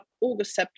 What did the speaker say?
august